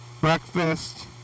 breakfast